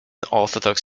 orthodox